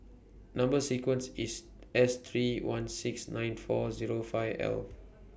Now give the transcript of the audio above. Number sequence IS S three one six nine four Zero five L